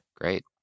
Great